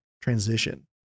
transition